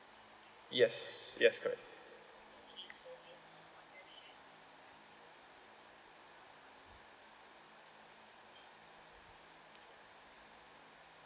yes yes correct